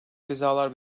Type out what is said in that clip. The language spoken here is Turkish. cezalar